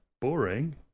Boring